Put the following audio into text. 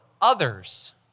others